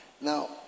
Now